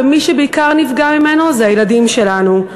ומי שבעיקר נפגע ממנו זה הילדים שלנו.